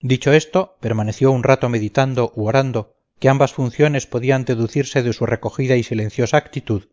dicho esto permaneció un rato meditando u orando que ambas funciones podían deducirse de su recogida y silenciosa actitud